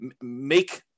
make